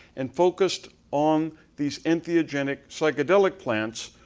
and focused on these antigenic psychedelic plants.